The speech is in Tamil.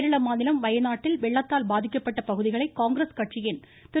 கேரள மாநிலம் வயநாட்டில் வெள்ளத்தால் பாதிக்கப்பட்ட பகுதிகளை காங்கிரஸ் கட்சியின் திரு